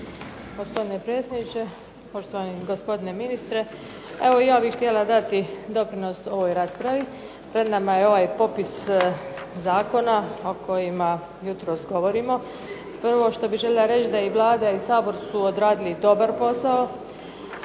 Gospodine predsjedniče, poštovani gospodine ministre. Evo ja bih htjela dati doprinos ovoj raspravi, pred nama je ovaj popis zakona o kojima jutros govorimo. Prvo što bih željela reći da i Vlada i Sabor su odradili dobar posao,